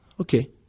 okay